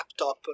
laptop